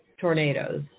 tornadoes